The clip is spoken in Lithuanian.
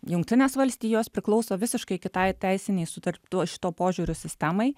jungtinės valstijos priklauso visiškai kitai teisinei sutar šituo požiūriu sistemai